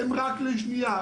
הם "רק לשנייה",